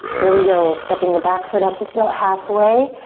here we go. stepping the back foot up just about halfway.